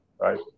right